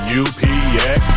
upx